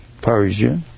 Persia